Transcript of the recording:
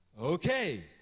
Okay